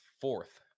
fourth